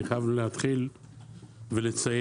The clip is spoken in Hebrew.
אני חייב להתחיל ולציין,